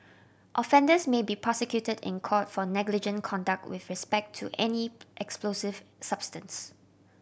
offenders may be prosecuted in court for negligent conduct with respect to any explosive substance